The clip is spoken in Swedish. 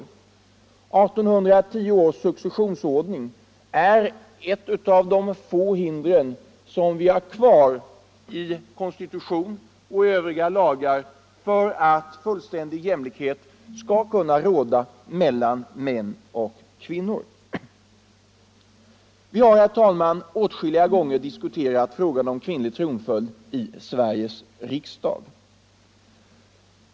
1810 års successionsordning är ett av de få hinder som vi har kvar i vår konstitution och i övriga lagar för att jämlikhet skall kunna råda mellan män och kvinnor. Vi har, herr talman, åtskilliga gånger diskuterat frågan om kvinnlig tronföljd i Sveriges riksdag.